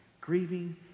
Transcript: Grieving